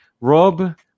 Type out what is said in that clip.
rob